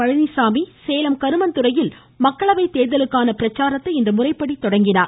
பழனிசாமி சேலம் கருமந்துறையில் மக்களவை தோ்தலுக்கான பிரச்சாரத்தை இன்று முறைப்படி தொடங்கினார்